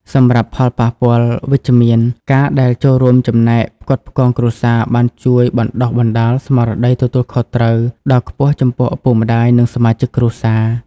សម្រាប់ផលប៉ះពាល់វិជ្ជមាន ការដែលចូលរួមចំណែកផ្គត់ផ្គង់គ្រួសារបានជួយបណ្ដុះបណ្ដាលស្មារតីទទួលខុសត្រូវដ៏ខ្ពស់ចំពោះឪពុកម្ដាយ និងសមាជិកគ្រួសារ។